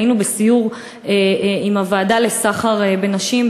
היינו בסיור עם הוועדה למאבק בסחר בנשים.